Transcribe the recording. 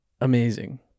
amazing